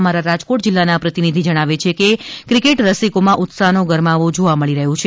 અમારા રાજકોટ જિલ્લાના પ્રતિનિધિ જણાવે છે કે ક્રિકેટ રસિકોમાં ઉત્સાહનો ગરમાવો જોવા મળી રહ્યો છે